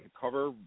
cover